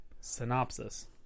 synopsis